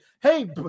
hey